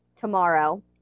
tomorrow